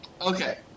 Okay